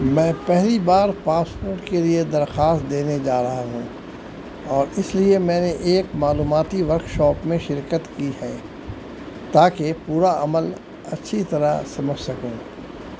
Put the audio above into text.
میں پہلی بار پاسپوٹ کے لیے درخواست دینے جا رہا ہوں اور اس لیے میں نے ایک معلوماتی ورک شاپ میں شرکت کی ہے تاکہ پورا عمل اچھی طرح سمجھ سکوں